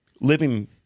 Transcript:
living